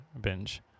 binge